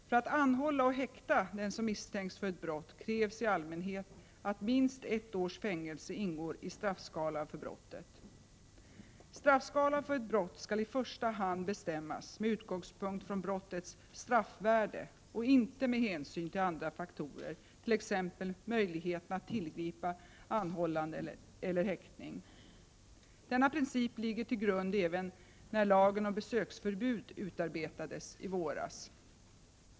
För att anhålla och häkta den som misstänks för ett brott krävs i allmänhet att minst ett års fängelse ingår i straffskalan för brottet. Straffskalan för ett brott skall i första hand bestämmas med utgångspunkt från brottets straffvärde och inte med hänsyn till andra faktorer, t.ex. möjligheterna att tillgripa anhållande eller häktning. Denna princip låg till grund även när lagen om besöksförbud utarbetades i våras.